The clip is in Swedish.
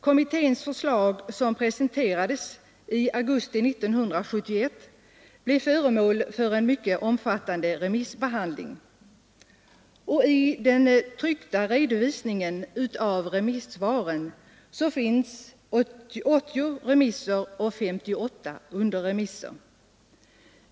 Kommitténs förslag, som presenterades i augusti 1971, blev föremål för en mycket omfattande remissbehandling, och i den tryckta redovisningen av remissvaren finns resultatet av 80 remisser och 58 underremisser.